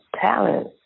talent